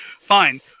fine